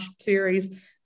series